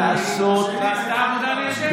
זה לא סותר אחד את השני.